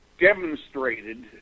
demonstrated